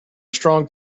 strong